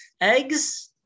eggs